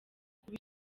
kuba